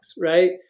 Right